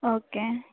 okay